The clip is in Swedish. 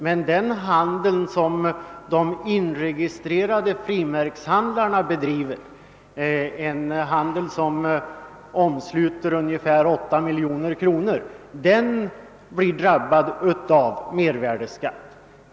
Men den handel som de inregistrerade frimärkshandlarna bedriver — en handel som omsluter ungefär 8 miljoner kronor per år — blir drabbad av mervärdeskatt.